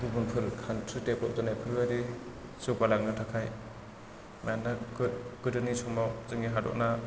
गुबुनफोर country develop जानायफोरबायदि जौगालांनो थाखाय मानोना गोदोनि समाव जोंनि हादरा